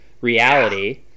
reality